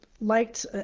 liked